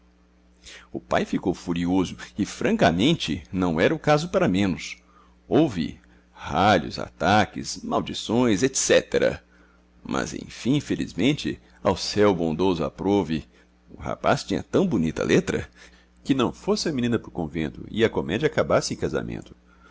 o pai ficou furioso e francamente não era o caso para menos houve ralhos ataques maldições et cetera mas enfim felizmente ao céu bondoso aprouve o rapaz tinha tão bonita letra que não fosse a menina pro convento e a comédia acabasse em casamento